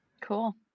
Cool